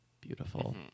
Beautiful